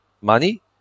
money